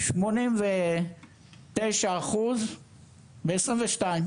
89% ב-2022.